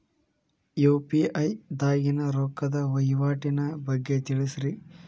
UPI ದಾಗಿನ ರೊಕ್ಕದ ವಹಿವಾಟಿನ ಬಗ್ಗೆ ತಿಳಸ್ರಿ